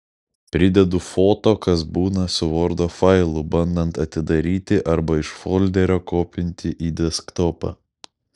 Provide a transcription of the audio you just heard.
pridedu foto kas būna su vordo failu bandant atidaryti arba iš folderio kopinti į desktopą